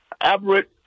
aberrant